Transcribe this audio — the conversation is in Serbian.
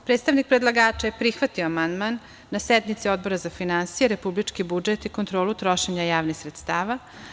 Predstavnik predlagača je prihvatio amandman na sednici Odbora za finansije, republički budžet i kontrolu trošenja javnih sredstava.